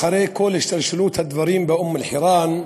אחרי כל השתלשלות הדברים באום-אלחיראן,